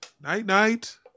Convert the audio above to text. Night-night